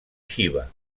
xiva